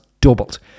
doubled